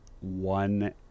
one